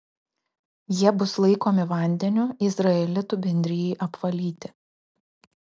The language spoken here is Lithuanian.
jie bus laikomi vandeniu izraelitų bendrijai apvalyti